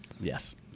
Yes